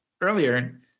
earlier